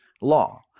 law